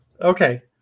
Okay